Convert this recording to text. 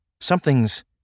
something's